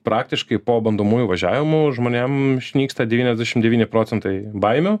praktiškai po bandomųjų važiavimų žmonėm išnyksta devyniasdešim devyni procentai baimių